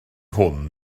hwn